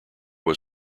was